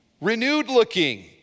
renewed-looking